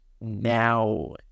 now